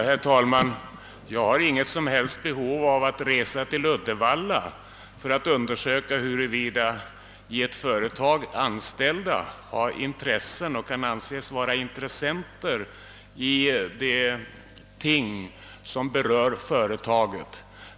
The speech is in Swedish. Herr talman! Jag har inget som helst behov av att resa till Uddevalla för att undersöka, huruvida de i ett företag anställda kan anses vara intressenter i ting som berör företaget.